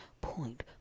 point